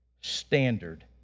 standard